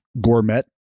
Gourmet